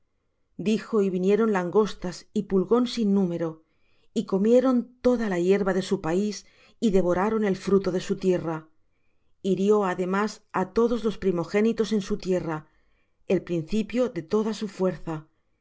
dijo y vinieron langostas y pulgón sin número y comieron toda la hierba de su país y devoraron el fruto de su tierra hirió además á todos los primogénitos en su tierra el principio de toda su fuerza